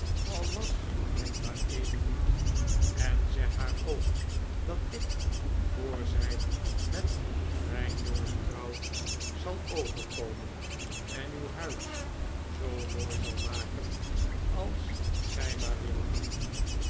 al was het maar een minuut en zeg haar ook dat ik voor zij met mijn jongen trouwt zal overkomen en uw huis zoo mooi zal maken als gij maar wilt